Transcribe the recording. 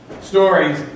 stories